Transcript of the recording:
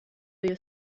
you